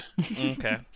Okay